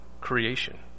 creation